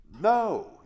No